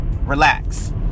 relax